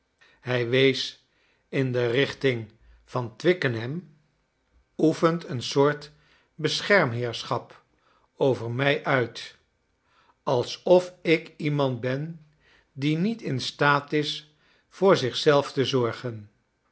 hij wees in de richting van twickenham oefent een soort beschermheerschap over mrj uit alsof ik iemand ben die niet in staat is voor zich zelf te zorgen